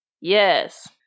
Yes